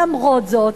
למרות זאת,